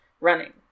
running